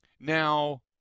Now